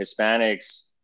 Hispanics